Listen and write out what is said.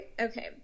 okay